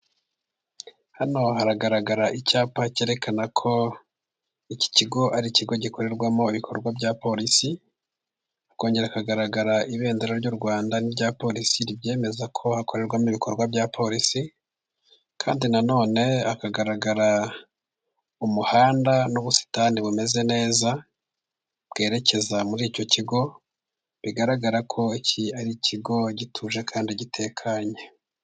Hano haragaragara icyapa cyerekana ko, iki kigo ari ikigo gikorerwamo ibikorwa bya polisi, hakongera kugaragara ibendera ry'u rwanda n'irya porise ribyemeza, ko hakorerwamo ibikorwa bya porisi kandi na none hakagaragara umuhanda n'ubusitani bumeze neza, bwerekeza muri icyo kigo bigaragara ko iki ari ikigo gituje kandi gitekanye.